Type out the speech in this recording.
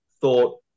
thought